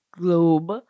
globe